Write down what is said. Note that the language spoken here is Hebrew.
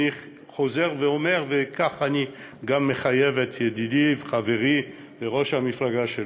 אני חוזר ואומר וככה אני גם מחייב את ידידי וחברי וראש המפלגה שלי.